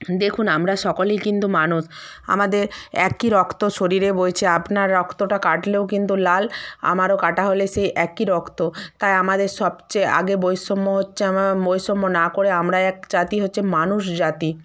দেখুন আমরা সকলেই কিন্তু মানুষ আমাদের একই রক্ত শরীরে বইছে আপনার রক্তটা কাটলেও কিন্তু লাল আমারও কাটা হলে সেই একই রক্ত তাই আমাদের সবচেয়ে আগে বৈষম্য হচ্ছে আমা বৈষম্য না করে আমরা এক জাতি হচ্ছে মানুষ জাতি